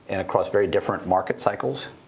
and across very different market cycles,